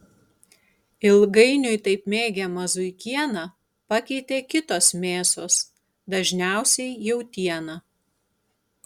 ilgainiui taip mėgiamą zuikieną pakeitė kitos mėsos dažniausiai jautiena